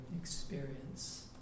experience